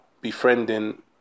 befriending